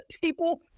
people